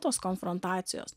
tos konfrontacijos